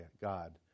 God